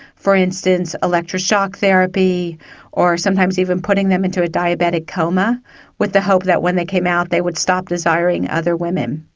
for instance, electroshock therapy or sometimes even putting them into a diabetic coma with the hope that when they came out they would stop desiring other women.